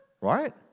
right